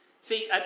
See